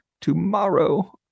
tomorrow